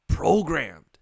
programmed